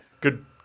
good